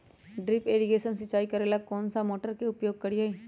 Drip irrigation सिंचाई करेला कौन सा मोटर के उपयोग करियई?